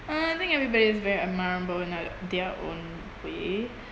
uh I think everybody is very admirable in their own way